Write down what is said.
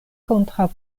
kontraŭ